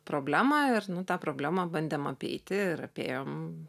problemą ir tą problemą bandėm apeiti ir apėjom